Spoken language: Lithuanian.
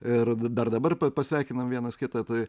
ir dar dabar pasveikinam vienas kitą tai